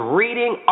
reading